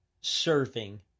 Serving